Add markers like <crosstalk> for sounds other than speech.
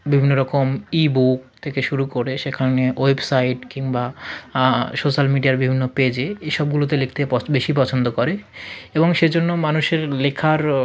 বিভিন্ন রকম e book থেকে শুরু করে সেখানে ওয়েবসাইট কিংবা সোশ্যাল মিডিয়ার বিভিন্ন পেজে এইসবগুলোতে লিখতে <unintelligible> বেশি পছন্দ করে এবং সেজন্য মানুষের লেখার